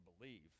believe